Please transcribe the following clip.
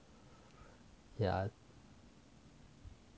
yeah